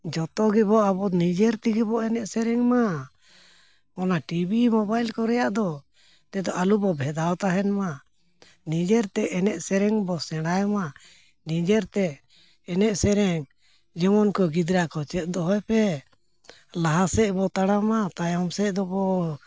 ᱡᱷᱚᱛᱚ ᱜᱮᱵᱚᱱ ᱟᱵᱚ ᱱᱤᱡᱮᱨ ᱛᱮᱜᱮ ᱵᱚᱱ ᱮᱱᱮᱡ ᱥᱮᱨᱮᱧᱢᱟ ᱚᱱᱟ ᱴᱤᱵᱷᱤ ᱢᱳᱵᱟᱭᱤᱞ ᱠᱚ ᱨᱮᱱᱟᱜ ᱫᱚ ᱛᱮᱫᱚ ᱟᱞᱚ ᱵᱚᱱ ᱵᱷᱮᱫᱟᱣ ᱛᱟᱦᱮᱱ ᱢᱟ ᱱᱤᱡᱮᱨ ᱛᱮ ᱮᱱᱮᱡ ᱥᱮᱨᱮᱧ ᱵᱚᱱ ᱥᱮᱬᱟᱭᱢᱟ ᱱᱤᱡᱮᱨ ᱛᱮ ᱮᱱᱮᱡ ᱥᱮᱨᱮᱧ ᱡᱮᱢᱚᱱ ᱠᱚ ᱜᱤᱫᱽᱨᱟᱹ ᱠᱚ ᱪᱮᱫ ᱫᱚᱦᱚᱭ ᱯᱮ ᱞᱟᱦᱟ ᱥᱮᱫ ᱵᱚᱱ ᱛᱟᱲᱟᱢᱟ ᱛᱟᱭᱚᱢ ᱥᱮᱫ ᱫᱚᱵᱚᱱ